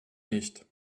nicht